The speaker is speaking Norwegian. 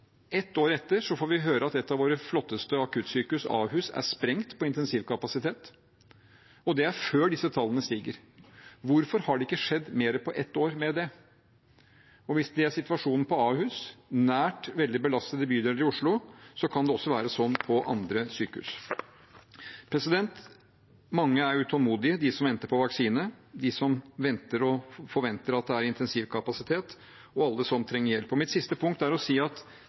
år etter får vi høre at et av våre flotteste akuttsykehus, Ahus, er sprengt på intensivkapasitet, og det er før disse tallene stiger. Hvorfor har det ikke skjedd mer på et år med det? Hvis det er situasjonen på Ahus, nært veldig belastede bydeler i Oslo, kan det også være sånn på andre sykehus. Mange er utålmodige – de som venter på vaksine, de som venter og forventer at det er intensivkapasitet, og alle som trenger hjelp. Mitt siste punkt er å si at